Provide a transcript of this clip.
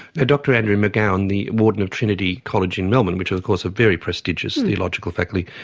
ah dr andrew mcgowan, the warden of trinity college in melbourne, which. of course a very prestigious theological faculty,